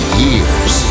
years